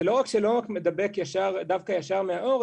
זה לא רק שזה לא רק מדבק דווקא ישר מהעור,